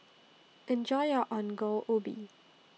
Enjoy your Ongol Ubi